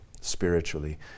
spiritually